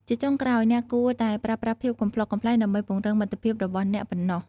ជាចុងក្រោយ អ្នកគួរតែប្រើប្រាស់ភាពកំប្លុកកំប្លែងដើម្បីពង្រឹងមិត្តភាពរបស់អ្នកប៉ុណ្ណោះ។